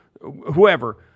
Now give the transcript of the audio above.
whoever –